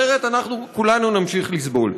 אחרת אנחנו כולנו נמשיך לסבול.